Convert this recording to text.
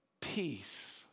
peace